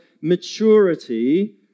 maturity